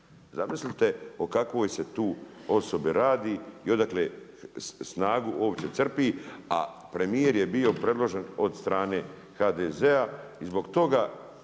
Zamislite, o kakvoj se tu osobi radi i odakle snagu uopće crpi, a premjer je bio predložen od strane HDZ-a, zbog toga